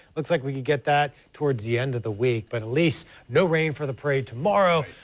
looks like we can get that toward the end of the week but at least no rain for the parade tomorrow.